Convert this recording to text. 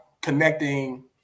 connecting